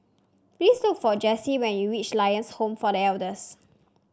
please look for Jesse when you reach Lions Home for The Elders